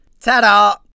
Ta-da